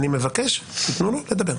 אני מבקש: תתנו לו לדבר.